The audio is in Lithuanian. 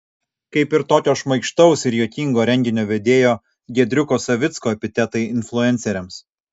kaip ir tokio šmaikštaus ir juokingo renginio vedėjo giedriuko savicko epitetai influenceriams